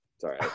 Sorry